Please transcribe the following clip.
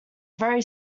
very